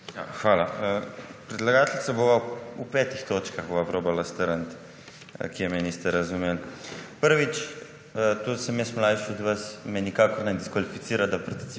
Hvala. Predlagateljica, v petih točkah bova probala strniti, kje me niste razumeli. Prvič. To, da sem jaz mlajši od vas, me nikakor ne diskvalificira, da